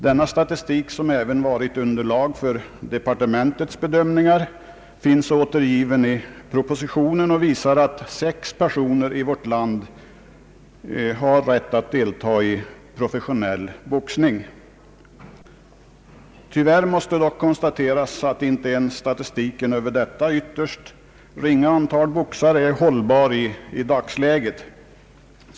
Denna statistik, som även varit underlag för departementets bedömningar, finns återgiven i propositionen och visar att sex personer i vårt land har rätt att delta i professionell boxning. Tyvärr måste dock konstateras att inte ens statistiken över detta ytterst ringa antal boxare är hållbar i dagsläget.